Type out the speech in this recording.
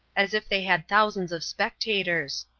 as if they had thousands of spectators.